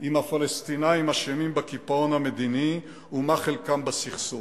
אם הפלסטינים אשמים בקיפאון המדיני ומה חלקם בסכסוך.